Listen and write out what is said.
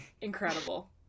Incredible